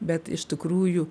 bet iš tikrųjų